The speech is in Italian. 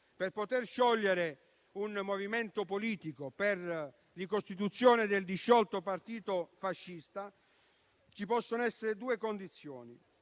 per poter sciogliere un movimento politico per ricostituzione del disciolto partito fascista ci possono essere due condizioni: